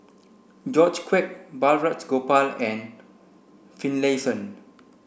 George Quek Balraj Gopal and Finlayson